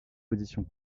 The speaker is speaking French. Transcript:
positions